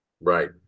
Right